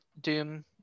Doom